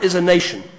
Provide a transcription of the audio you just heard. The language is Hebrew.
אדוני ראש הממשלה,